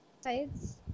sides